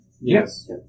Yes